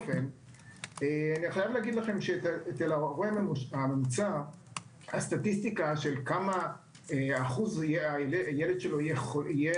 אצל ההורה הממוצע הסטטיסטיקה של כמה אחוז הילד שלו יגיע